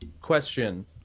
question